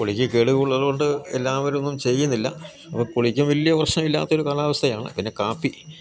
കൊടിക്ക് കേട് കൂടുതൽ ഉള്ളതുകൊണ്ട് എല്ലാവരൊന്നും ചെയ്യുന്നില്ല അപ്പോൾ പുളിക്കും വലിയ പ്രശ്നം ഇല്ലാത്തൊരു കാലാവസ്ഥയാണ് പിന്നെ കാപ്പി